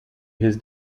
his